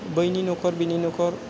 बैनि न'खर बेनि न'खर